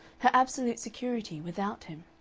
her absolute security without him.